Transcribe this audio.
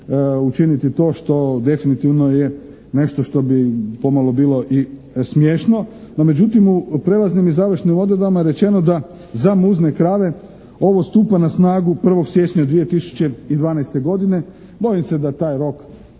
učiniti to što definitivno je nešto što bi pomalo bilo i smiješno. No međutim, u prijelaznim i završnim odredbama je rečeno da za muzne krave ovo stupa na snagu 01. siječnja 2012. godine. Bojim se da taj rok